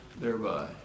thereby